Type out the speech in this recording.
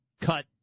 Cut